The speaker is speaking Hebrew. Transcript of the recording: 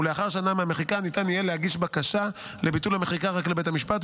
ולאחר שנה מהמחיקה ניתן יהיה להגיש בקשה לביטול המחיקה רק לבית המשפט,